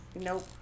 Nope